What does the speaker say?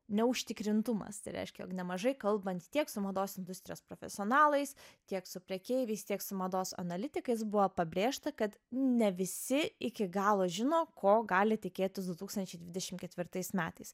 neužtikrintumas tai reiškia jog nemažai kalbant tiek su mados industrijos profesionalais tiek su prekeiviais tiek su mados analitikais buvo pabrėžta kad ne visi iki galo žino ko gali tikėtis du tūkstančiai dvidešim ketvirtais metais